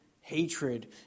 hatred